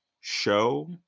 show